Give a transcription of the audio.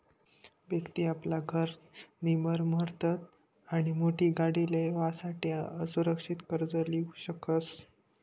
व्यक्ति आपला घर नी मरम्मत आणि मोठी गाडी लेवासाठे असुरक्षित कर्ज लीऊ शकस